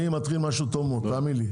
אני מתחיל עם משהו טוב מאוד, תאמין לי.